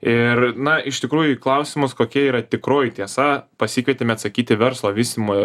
ir na iš tikrųjų į klausimus kokia yra tikroji tiesa pasikvietėme atsakyti verslo vystymo